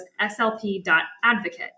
slp.advocate